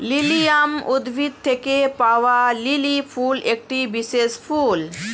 lilium উদ্ভিদ থেকে পাওয়া লিলি ফুল একটি বিশেষ ফুল